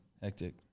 Hectic